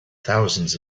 thousands